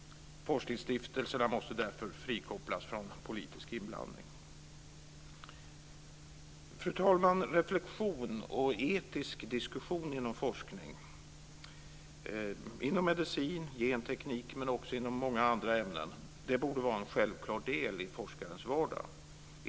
Forskningsstiftelserna måste således frikopplas från politisk inblandning. Fru talman! Reflexion och etisk diskussion inom forskning, medicin, genteknik och många andra ämnen borde vara en självklar del i forskarens vardag.